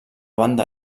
banda